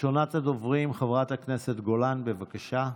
ראשונת הדוברים, חברת הכנסת גולן, בבקשה.